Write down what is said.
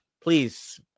please